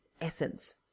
essence